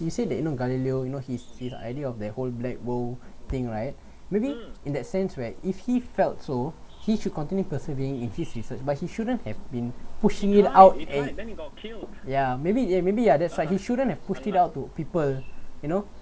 you said that you know galileo you know his his idea of that whole black world thing right maybe in that sense where if he felt so he should continue persevering in his research but he shouldn't have been pushing it out eh ya maybe ya maybe ya that side that he shouldn't have pushed it out to people you know